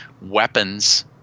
weapons